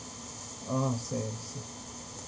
oh I see I see